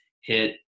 hit